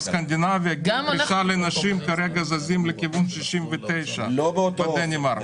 בסקנדינביה גיל פרישה לנשים כרגע זזים לכיוון 69. בדנמרק.